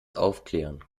aufklären